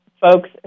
folks